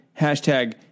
hashtag